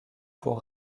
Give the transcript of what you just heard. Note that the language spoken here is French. pour